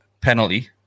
penalty